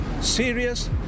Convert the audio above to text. serious